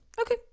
Okay